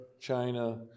China